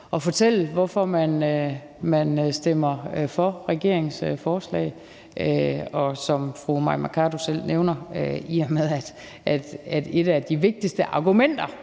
at fortælle, hvorfor man stemmer for regeringens lovforslag, netop i og med, som fru Mai Mercado selv nævner, at et af de vigtigste argumenter